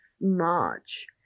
march